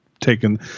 taken